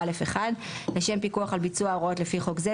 "(א1) לשם פיקוח על ביצוע ההוראות לפי חוק זה,